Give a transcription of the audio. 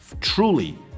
truly